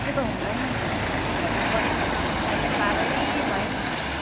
त्यो त हुँदैन नि थर्टी फाइभको पच्चिसमा भनेपछि त साह्रै भयो नि त हौ